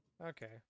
Okay